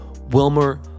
Wilmer